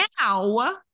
now